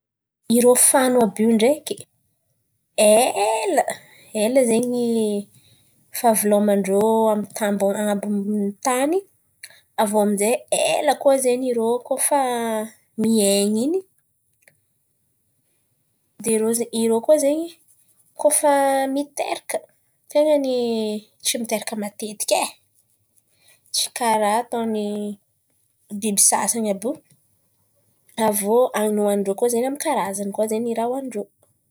Irô fano àby io ndraiky, ela zen̈y fahaveloman-drô an̈abon'n̈y tany, avy iô ami'zay ela koa zen̈y irô koa fa miain̈y in̈y. Irô koa zen̈y koa fa miteraka ten̈any tsy miteraka matetiky, tsy karà ataon̈y biby sasan̈y àby io, avy iô han̈ina hoanin'irô koa amy ny karazan̈y.